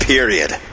Period